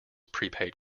prepaid